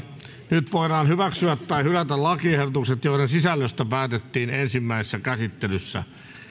nyt voidaan hyväksyä tai hylätä lakiehdotukset joiden sisällöstä päätettiin ensimmäisessä käsittelyssä